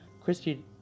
Christy